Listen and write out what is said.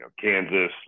Kansas